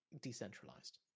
decentralized